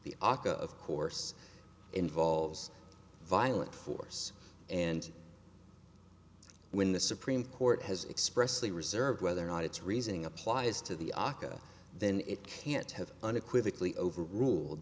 aka of course involves violent force and when the supreme court has expressly reserved whether or not it's reasoning applies to the aka then it can't have unequivocally over ruled